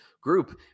group